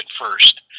first